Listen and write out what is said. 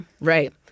right